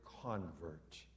Convert